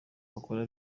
bakora